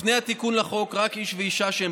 לפני התיקון לחוק רק איש ואישה שהם